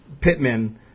Pittman